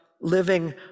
living